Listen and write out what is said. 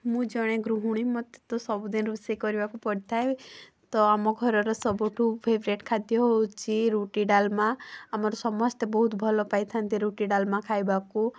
ମୁଁ ଜଣେ ଗୃହିଣୀ ମତେ ତ ସବୁଦିନ ରୋଷେଇ କରିବାକୁ ପଡ଼ିଥାଏ ତ ଆମ ଘରର ସବୁଠୁ ଫେବରାଇଟ୍ ଖାଦ୍ୟ ହଉଛି ରୁଟି ଡାଲମା ଆମର ସମସ୍ତେ ବହୁତ ଭଲ ପାଇଥାନ୍ତି ରୁଟି ଡାଲମା ଖାଇବାକୁ